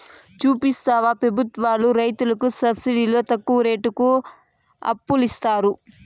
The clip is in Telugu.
చూస్తివా పెబుత్వాలు రైతులకి సబ్సిడితో తక్కువ రేటుకి అప్పులిత్తారట